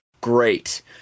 Great